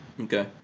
Okay